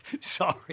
Sorry